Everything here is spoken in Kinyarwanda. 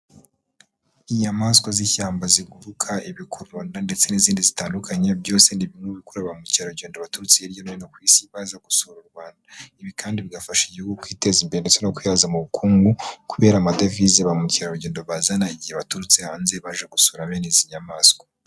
Inyamaswa z'ishyamba ziguruka, ibikururanda ndetse n'izindi zitandukanye byose ni bimwe mu bikurura ba mukerarugendo baturutse hirya no hino ku isi baza gusura u Rwanda. Ibi kandi bigafasha Igihugu kwiteza imbere ndetse no kkwihaza mu bukungu, kubera amadevize ba mukerarugendo bazana igihe baturutse hanze baje gusura bene izi nyamaswa.